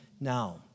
now